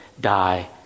die